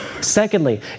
Secondly